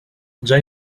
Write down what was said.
già